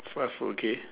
fast food okay